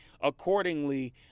accordingly